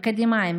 אקדמאים,